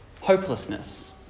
Hopelessness